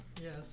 Yes